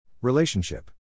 Relationship